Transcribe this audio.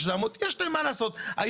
יש להם מה לעשות עם 1.7 מיליון.